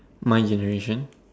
my generation